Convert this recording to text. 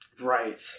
Right